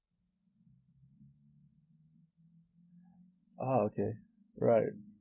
oh okay right